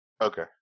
Okay